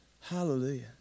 Hallelujah